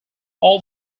all